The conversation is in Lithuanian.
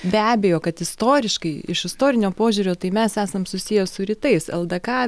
be abejo kad istoriškai iš istorinio požiūrio tai mes esam susiję su rytais ldk